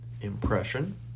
impression